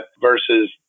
versus